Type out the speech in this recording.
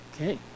Okay